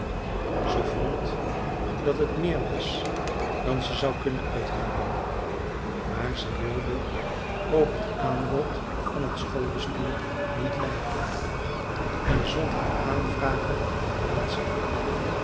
ze vond dat het meer was dan ze zou kunnen uithouden maar ze wilde ook het aanbod van het schoolbestuur niet weigeren en zond haar aanvrage om plaats in